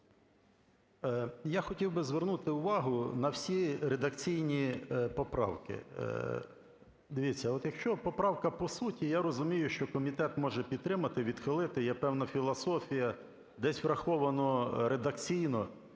Я хотів би звернути увагу на всі редакційні поправки. Дивіться, от якщо поправка по суті, я розумію, що комітет може підтримати, відхилити, є певна філософія, десь враховано редакційно.